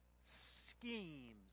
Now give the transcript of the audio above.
schemes